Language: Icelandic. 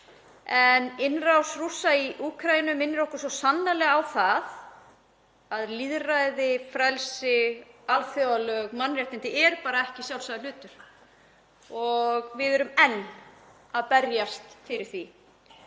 En innrás Rússa í Úkraínu minnir okkur svo sannarlega á að lýðræði, frelsi, alþjóðalög, mannréttindi eru bara ekki sjálfsagður hlutur og við erum enn að berjast fyrir því.